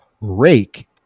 rake